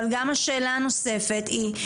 אבל גם השאלה נוספת היא,